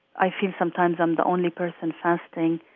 i feel sometimes i'm the only person fasting.